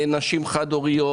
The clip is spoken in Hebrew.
לנשים חד הוריות,